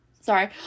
sorry